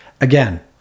again